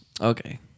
Okay